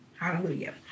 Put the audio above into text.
Hallelujah